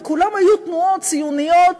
וכולן היו תנועות ציוניות